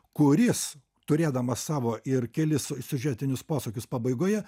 kuris turėdamas savo ir kelis siužetinius posūkius pabaigoje